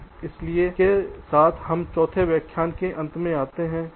इसलिए इसके साथ हम चौथे व्याख्यान के अंत में आते हैं